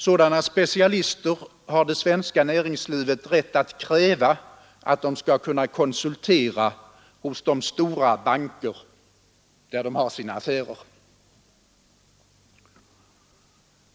Sådana specialister har det svenska näringslivet rätt att kräva att de skall kunna konsultera hos de stora banker där de har sina affärer.